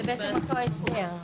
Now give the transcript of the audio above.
זה בעצם אותו ההסדר.